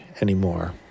anymore